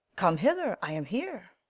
come hither i am here.